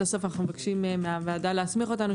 הסוף אנחנו מבקשים מהוועדה להסמיך אותנו,